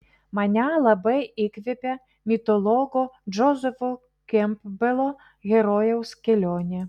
mane labai įkvepia mitologo džozefo kempbelo herojaus kelionė